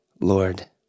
Lord